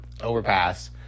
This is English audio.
overpass